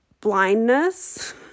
blindness